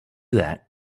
that